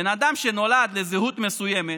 בן אדם שנולד לזהות מסוימת,